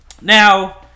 Now